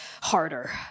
harder